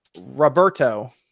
roberto